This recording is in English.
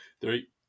three